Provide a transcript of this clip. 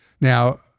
Now